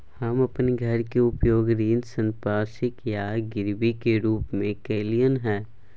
हम अपन घर के उपयोग ऋण संपार्श्विक या गिरवी के रूप में कलियै हन